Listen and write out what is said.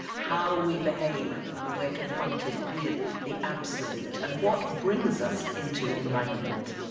how we behave when we're confronted with the absolute, and what brings us into enlightenment